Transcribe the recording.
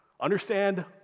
understand